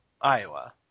Iowa